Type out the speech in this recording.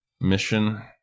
mission